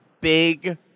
big